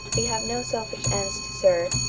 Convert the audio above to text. we have no selfish ends to serve.